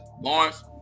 Lawrence